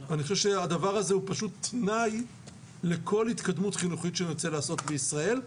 אני חושב שהדבר הזה הוא תנאי לכל התקדמות חינוכית שנרצה לעשות בישראל.